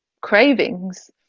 cravings